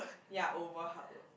ya over hard work